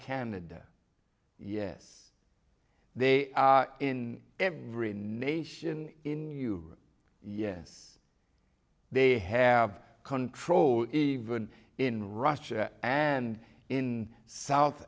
canada yes they are in every nation in europe yes they have control even in russia and in south